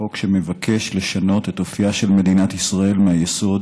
חוק שמבקש לשנות את אופייה של מדינת ישראל מהיסוד